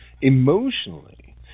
emotionally